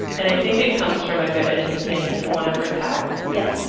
and i think it comes from a good instinct, to want to protect yeah